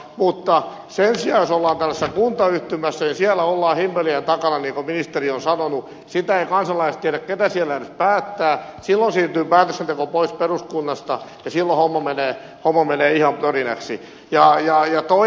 jos sen sijaan ollaan tällaisessa kuntayhtymässä ja siellä ollaan himmelien takana niin kuin ministeri on sanonut sitä eivät kansalaiset tiedä keitä siellä edes päättää silloin siirtyy päätöksenteko pois peruskunnasta ja silloin homma menee ihan plörinäksi